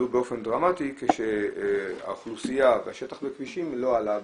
עלו באופן דרמטי כשהאוכלוסייה ושטח הכבישים לא עלו בהתאם.